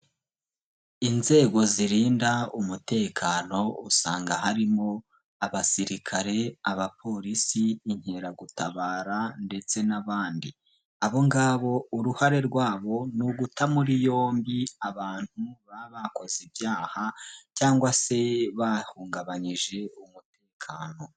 Inzego zirinda umutekano usanga harimo: abasirikare, abapolisi, inkeragutabara ndetse n'abandi. Abo ngabo uruhare rwabo ni uguta muri yombi abantu baba bakoze ibyaha cyangwa se bahungabanyije umutekano.